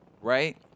right